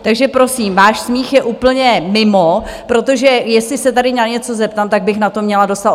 Takže prosím, váš smích je úplně mimo, protože jestli se tady na něco zeptám, tak bych na to měla dostat odpověď.